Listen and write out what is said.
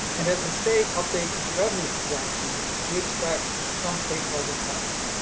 and as the state updates its revenue projections, we expect some state budget cuts.